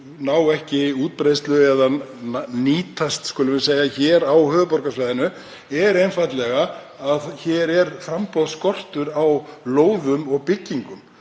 ná ekki útbreiðslu eða nýtast, skulum við segja, á höfuðborgarsvæðinu sé einfaldlega að hér er framboðsskortur á lóðum og byggingum